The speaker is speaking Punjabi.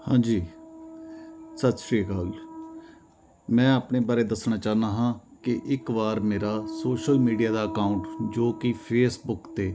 ਹਾਂਜੀ ਸਤਿ ਸ਼੍ਰੀ ਅਕਾਲ ਮੈਂ ਆਪਣੇ ਬਾਰੇ ਦੱਸਣਾ ਚਾਹੁੰਦਾ ਹਾਂ ਕਿ ਇੱਕ ਵਾਰ ਮੇਰਾ ਸੋਸ਼ਲ ਮੀਡੀਆ ਦਾ ਅਕਾਊਂਟ ਜੋ ਕਿ ਫੇਸਬੁਕ 'ਤੇ